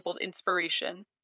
inspiration